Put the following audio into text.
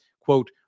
quote